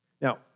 Now